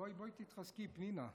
בואי, בואי תתחזקי, פנינה.